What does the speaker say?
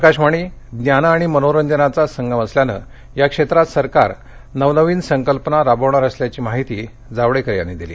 आकाशवाणी ज्ञान आणि मनोरंजनाचा संगम असल्यानं या क्षेत्रात सरकार नवनवीन संकल्पना राबविणार असल्याची माहिती जावडेकर यांनी दिली